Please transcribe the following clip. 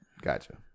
Gotcha